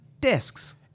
discs